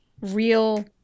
Real